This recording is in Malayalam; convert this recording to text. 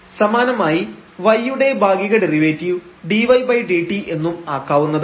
സമാനമായി y യുടെ ഭാഗിക ഡെറിവേറ്റീവ് dydt എന്നും ആക്കാവുന്നതാണ്